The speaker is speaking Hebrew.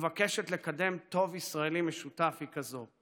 המבקשת לקדם טוב ישראלי משותף היא כזו.